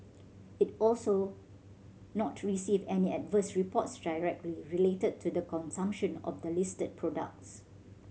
it also not received any adverse reports directly related to the consumption of the listed products